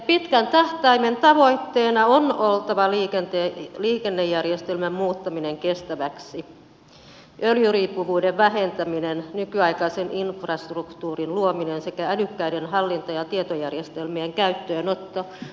pitkän tähtäimen tavoitteena on oltava liikennejärjestelmän muuttaminen kestäväksi öljyriippuvuuden vähentäminen nykyaikaisen infrastruktuurin luominen sekä älykkäiden hallinta ja tietojärjestelmien käyttöönotto